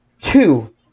two